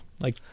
Like-